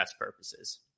purposes